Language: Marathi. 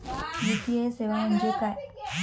यू.पी.आय सेवा म्हणजे काय?